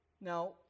Now